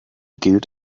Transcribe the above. gilt